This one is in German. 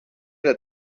der